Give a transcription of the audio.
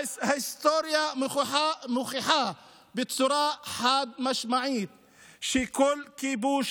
ההיסטוריה מוכיחה בצורה חד-משמעית שכל כיבוש